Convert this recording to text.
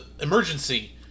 emergency